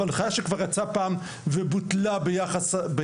הנחייה שכבר יצאה פעם ובוטלה בלחץ